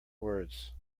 words